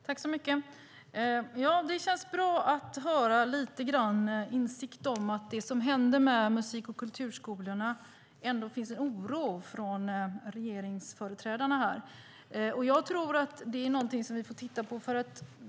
Herr talman! Det känns bra att höra att det finns lite grann av insikt när det gäller det som händer med musik och kulturskolorna. Det finns ändå en oro hos regeringsföreträdarna här. Jag tror att det är någonting som vi får titta på.